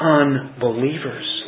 unbelievers